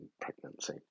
pregnancy